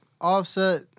offset